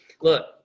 look